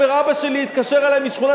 הוא אומר לי: אבא שלי התקשר אלי משכונת-התקווה.